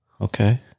Okay